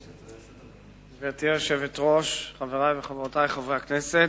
גברתי היושבת-ראש, חברי וחברותי חברי הכנסת,